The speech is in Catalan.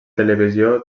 televisió